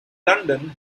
london